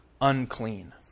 unclean